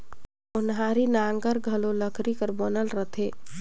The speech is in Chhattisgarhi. ओनारी नांगर घलो लकरी कर बनल रहथे